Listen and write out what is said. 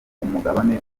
umugabane